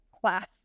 class